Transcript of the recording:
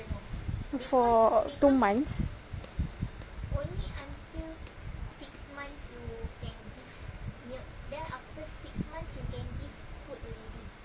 for two months